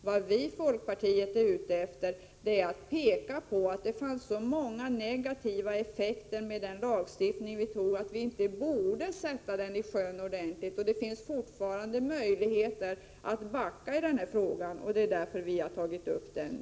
Vad vi i folkpartiet är - ute efter är att peka på att den lagstiftning som vi fattade beslut om får så många negativa effekter att vi inte borde sätta den i sjön. Det finns fortfarande möjligheter att backa i denna fråga. Det är därför som vi nu har tagit upp den.